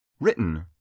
written